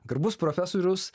garbus profesorius